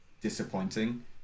disappointing